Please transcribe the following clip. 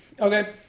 okay